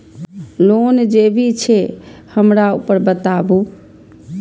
Loan जे भी छे हमरा ऊपर बताबू?